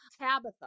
Tabitha